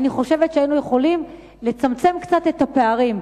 אני חושבת שהיינו יכולים לצמצם קצת את הפערים.